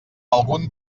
algun